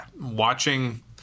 watching